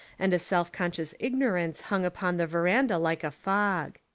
and a self-conscious ig norance hung upon the verandah like a fog.